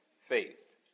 faith